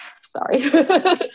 sorry